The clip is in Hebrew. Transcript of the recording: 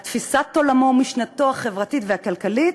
על תפיסת עולמו ומשנתו החברתית והכלכלית,